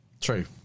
true